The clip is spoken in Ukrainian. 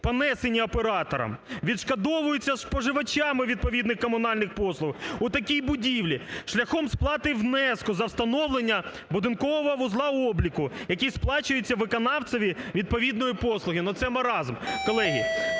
понесені оператором, відшкодовуються споживачами відповідних комунальних послуг у такій будівлі шляхом сплати внеску за встановлення будинкового вузла обліку, який сплачуються виконавцеві відповідної послуги".